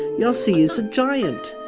yossi is a giant!